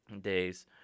days